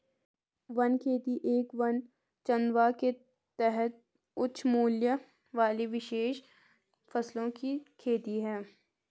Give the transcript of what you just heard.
one खेती एक वन चंदवा के तहत उच्च मूल्य वाली विशेष फसलों की खेती है